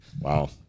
wow